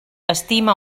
estima